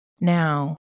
Now